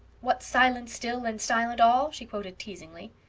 what silent still and silent all she quoted teasingly.